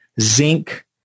Zinc